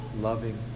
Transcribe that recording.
loving